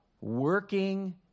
working